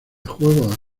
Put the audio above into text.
juegos